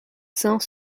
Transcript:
cent